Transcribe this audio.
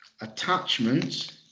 attachments